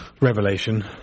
revelation